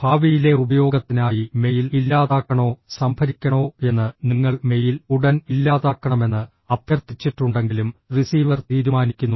ഭാവിയിലെ ഉപയോഗത്തിനായി മെയിൽ ഇല്ലാതാക്കണോ സംഭരിക്കണോ എന്ന് നിങ്ങൾ മെയിൽ ഉടൻ ഇല്ലാതാക്കണമെന്ന് അഭ്യർത്ഥിച്ചിട്ടുണ്ടെങ്കിലും റിസീവർ തീരുമാനിക്കുന്നു